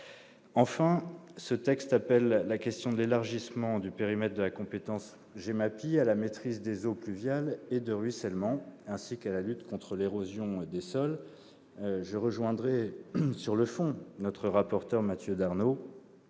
point, ce texte traite de la question de l'élargissement du périmètre de la compétence GEMAPI à la maîtrise des eaux pluviales et de ruissellement, ainsi qu'à la lutte contre l'érosion des sols. Je rejoins sur le fond le rapporteur : de